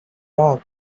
would